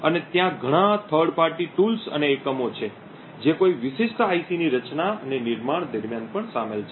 અને ત્યાં ઘણાં થર્ડ પાર્ટી ટૂલ્સ અને એકમો છે જે કોઈ વિશિષ્ટ IC ની રચના અને નિર્માણ દરમિયાન પણ શામેલ છે